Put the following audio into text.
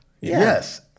Yes